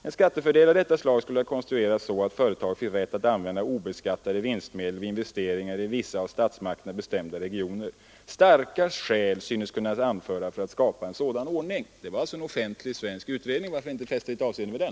En skattefördel av detta slag skulle kunna konstrueras så, att företaget fick rätt att använda obeskattade vinstmedel vid investeringar i vissa av statsmakterna bestämda regioner. Starka skäl synes kunna anföras för att skapa en sådan ordning.” Detta sades i en offentlig svensk utredning. Varför inte fästa avseende vid den?